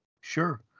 Sure